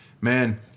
man